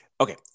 Okay